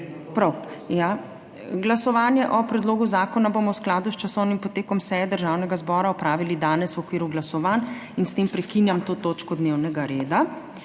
Prav, ja. Glasovanje o predlogu zakona bomo v skladu s časovnim potekom seje Državnega zbora opravili danes v okviru glasovanj. S tem prekinjam to točko dnevnega reda.